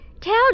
Tell